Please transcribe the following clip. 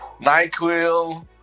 NyQuil